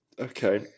Okay